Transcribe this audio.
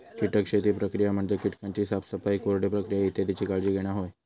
कीटक शेती प्रक्रिया म्हणजे कीटकांची साफसफाई, कोरडे प्रक्रिया इत्यादीची काळजी घेणा होय